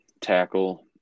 tackle